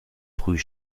früh